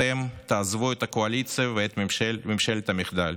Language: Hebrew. אתם תעזבו את הקואליציה ואת ממשלת המחדל,